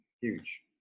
Huge